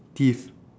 thief